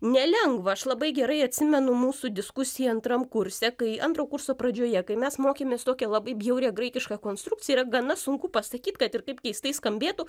nelengva aš labai gerai atsimenu mūsų diskusiją antram kurse kai antro kurso pradžioje kai mes mokėmės tokią labai bjaurią graikišką konstrukciją yra gana sunku pasakyt kad ir kaip keistai skambėtų